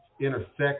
intersect